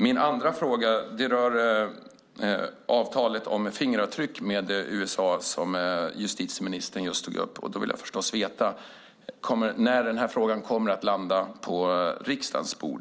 Min andra fråga rör avtalet om fingeravtryck med USA som justitieministern just tog upp. Då vill jag förstås veta när frågan kommer att landa på riksdagens bord.